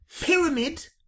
Pyramid